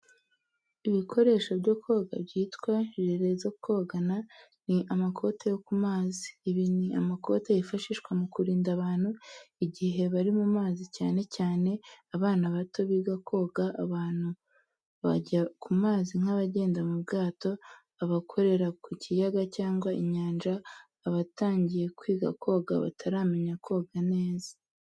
Ibikoresho byo koga byitwa jire zo kogana, ni amakote yo ku mazi. Ibi ni amakote yifashishwa mu kurinda abantu igihe bari mu mazi, cyane cyane: abana bato biga koga, abantu bajya ku mazi nk'abagenda mu bwato, abakorera ku kiyaga cyangwa inyanja, abatangiye kwiga koga bataramenya koga neza.